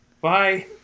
Bye